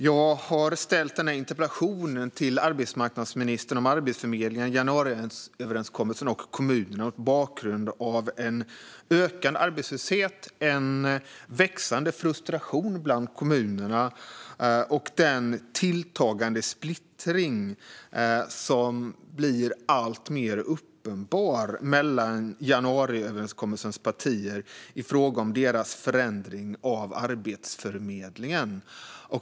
Jag har ställt denna interpellation om Arbetsförmedlingen, januariöverenskommelsen och kommuner till arbetsmarknadsministern mot bakgrund av en ökande arbetslöshet, en växande frustration bland kommunerna och den tilltagande splittring som blir alltmer uppenbar mellan januariöverenskommelsens partier i fråga om förändringen av Arbetsförmedlingen.